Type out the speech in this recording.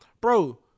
Bro